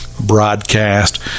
broadcast